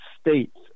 states